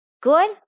Good